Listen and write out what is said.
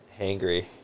Hangry